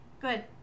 Good